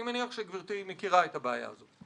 אני מניח שגברתי מכירה את הבעיה הזאת.